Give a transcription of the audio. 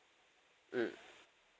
mm